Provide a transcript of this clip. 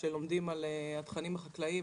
שלומדים על התכנים החקלאיים,